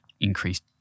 increased